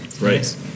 Right